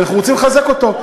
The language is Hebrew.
כי אנחנו רוצים לחזק אותו.